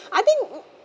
I think